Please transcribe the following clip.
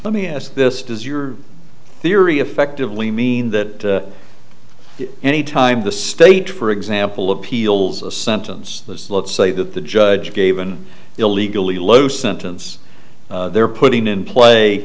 let me ask this does your theory effectively mean that any time the state for example of appeals a sentence let's say that the judge gave an illegally low sentence they're putting in play